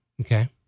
Okay